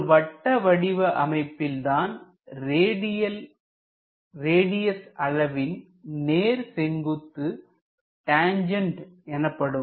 ஒரு வட்ட வடிவ அமைப்பில் தான் ரேடிஎஸ் அளவின் நேர் செங்குத்து டேன்ஜன்ட் எனப்படும்